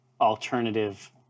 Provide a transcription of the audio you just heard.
alternative